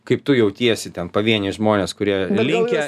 kaip tu jautiesi ten pavieniai žmonės kurie va linkę